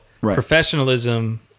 professionalism